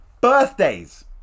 Birthdays